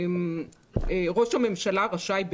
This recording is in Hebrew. "ראש הממשלה רשאי,